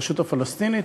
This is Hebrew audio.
הרשות הפלסטינית,